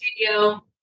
studio